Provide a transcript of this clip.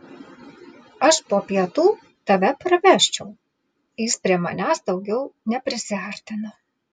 aš po pietų tave parvežčiau jis prie manęs daugiau neprisiartino